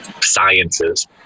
sciences